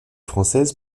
françaises